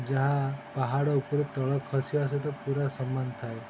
ଯାହା ପାହାଡ଼ ଉପରେ ତଳ ଖସିବା ସହିତ ପୁରା ସମାନ ଥାଏ